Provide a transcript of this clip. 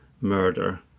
murder